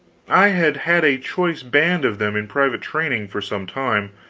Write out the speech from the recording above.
i had had a choice band of them in private training for some time,